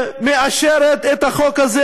שמאשרת את החוק הזה,